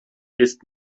ist